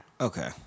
Okay